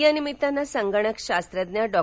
या निमित्तानं संगणक शास्त्रज्ञ डॉ